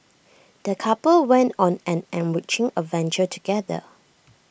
the couple went on an enriching adventure together